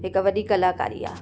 हिकु वॾी कलाकारी आहे